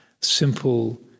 simple